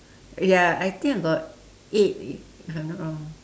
ya I think I got eight if I'm not wrong